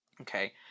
Okay